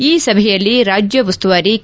ಈ ಸಭೆಯಲ್ಲಿ ರಾಜ್ಯ ಉಸ್ತುವಾರಿ ಕೆ